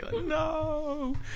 no